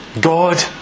God